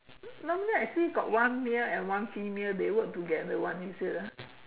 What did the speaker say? normally I see got one male and female they work together [one] is it ah